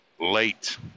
Late